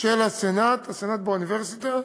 של הסנאט, הסנאט באוניברסיטה,